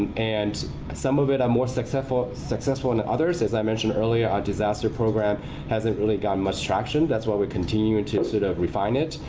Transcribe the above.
and some of it are more successful than and others. as i mentioned earlier, our disaster program hasn't really gotten much traction that's why we continue and to sort of refinance.